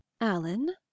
Alan